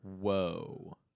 Whoa